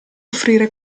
offrire